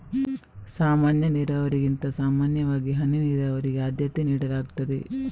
ಸಾಮಾನ್ಯ ನೀರಾವರಿಗಿಂತ ಸಾಮಾನ್ಯವಾಗಿ ಹನಿ ನೀರಾವರಿಗೆ ಆದ್ಯತೆ ನೀಡಲಾಗ್ತದೆ